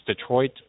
Detroit